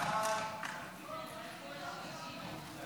סעיפים 1